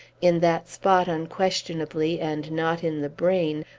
in that spot, unquestionably, and not in the brain,